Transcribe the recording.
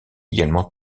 également